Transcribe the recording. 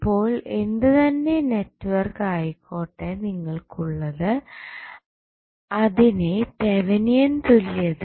ഇപ്പോൾ എന്തു തന്നെ നെറ്റ്വർക്ക് ആയിക്കോട്ടെ നിങ്ങൾക്കുള്ളത് അതിനെ തെവനിയൻ തുല്യത